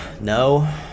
No